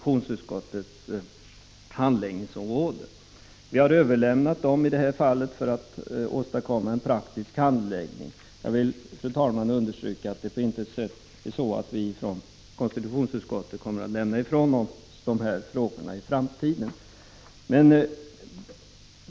I det här fallet har vi överlämnat motionerna till finansutskottet för behandling, för att på det sättet åstadkomma en praktisk handläggning. Jag vill dock, fru talman, understryka att det på intet sätt är så, att vi i konstitutionsutskottet i framtiden kommer att avhända oss dessa frågor.